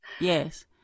Yes